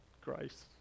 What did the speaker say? Grace